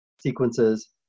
sequences